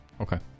Okay